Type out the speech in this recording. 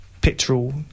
petrol